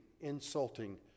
insulting